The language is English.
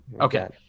Okay